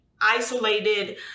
isolated